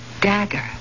dagger